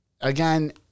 again